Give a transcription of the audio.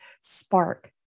spark